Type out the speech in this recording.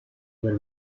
del